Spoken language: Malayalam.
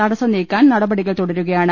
തടസ്സം നീക്കാൻ നടപടികൾ തുടരുക യാണ്